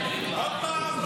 עוד פעם,